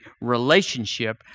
relationship